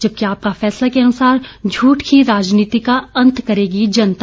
जबकि आपका फैसला के अनुसार झूठ की राजनीति का अंत करेगी जनता